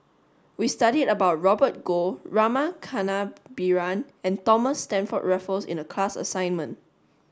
we studied about Robert Goh Rama Kannabiran and Thomas Stamford Raffles in the class assignment